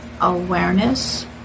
awareness